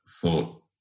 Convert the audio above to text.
thought